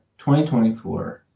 2024